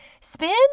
Spin